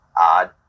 odd